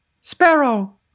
Sparrow